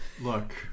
Look